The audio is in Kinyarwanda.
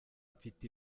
mfite